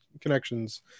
connections